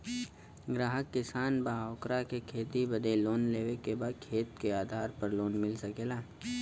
ग्राहक किसान बा ओकरा के खेती बदे लोन लेवे के बा खेत के आधार पर लोन मिल सके ला?